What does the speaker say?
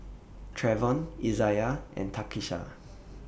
Treyvon Izayah and Takisha